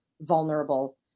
vulnerable